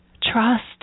trust